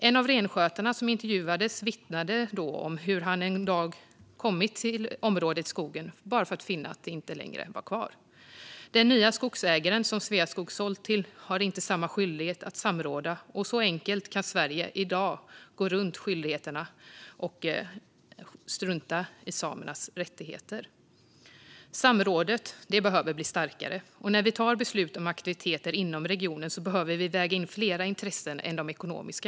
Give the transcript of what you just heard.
En av renskötarna som intervjuades vittnade om hur han en dag kommit till ett område i skogen bara för att finna att det inte längre var kvar. Den nya skogsägaren, som Sveaskog sålt till, har inte samma skyldighet att samråda. Så enkelt kan Sverige i dag gå runt skyldigheterna och strunta i samernas rättigheter. Samrådet behöver bli starkare, och när vi tar beslut om aktiviteter inom regionen behöver vi väga in fler intressen än de ekonomiska.